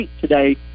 today